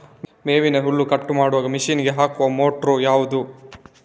ಮೇವಿನ ಹುಲ್ಲು ಕಟ್ ಮಾಡುವ ಮಷೀನ್ ಗೆ ಹಾಕುವ ಮೋಟ್ರು ಯಾವುದು?